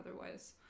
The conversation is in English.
otherwise